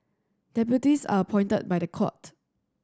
deputies are appointed by the court